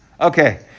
Okay